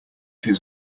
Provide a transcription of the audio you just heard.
his